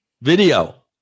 Video